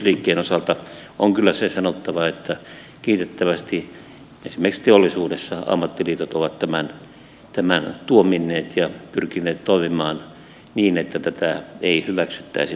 ammattiyhdistysliikkeen osalta on kyllä sanottava se että kiitettävästi esimerkiksi teollisuudessa ammattiliitot ovat tämän tuominneet ja pyrkineet toimimaan niin että tätä ei hyväksyttäisi